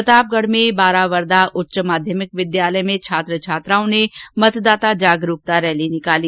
प्रतापगढ में बारावरदा उच्च माध्यमिक विद्यालय में छात्र छात्राओं ने मतदाता जागरूकता रैली निकाली